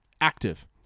active